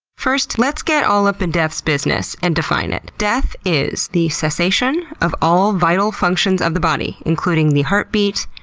first let's get all up in death's business and define it. death is the cessation of all vital functions of the body, including the heartbeat,